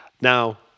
Now